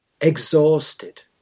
Exhausted